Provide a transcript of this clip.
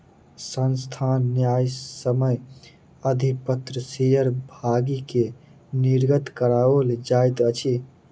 संस्थान न्यायसम्य अधिपत्र शेयर भागी के निर्गत कराओल जाइत अछि